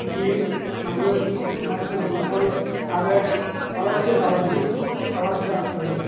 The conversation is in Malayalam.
ഈ നമ്മൾ മരുന്ന് കൊടുക്കുമ്പോള് അത് വളര്ച്ച പ്രാപിച്ച് വരും വളര്ച്ച വരും